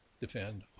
defend